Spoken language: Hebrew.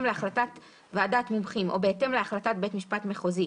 להחלטת ועדת מומחים או בהתאם להחלטת בית המשפט המחוזי,